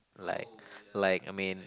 like like I mean